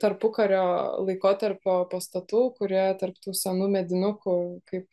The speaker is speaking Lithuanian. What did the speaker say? tarpukario laikotarpio pastatų kurie tarp tų senų medinukų kaip